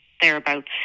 thereabouts